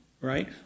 right